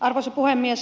arvoisa puhemies